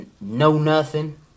no-nothing